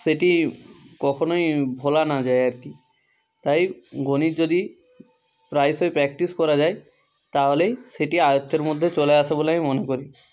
সেটি কখনোই ভোলা না যায় আর কি তাই গণিত যদি প্রায়শই প্র্যাকটিস করা যায় তাহলেই সেটি আয়ত্তের মধ্যে চলে আসে বলে আমি মনে করি